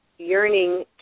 yearning